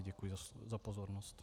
Děkuji za pozornost.